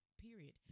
period